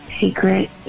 Secret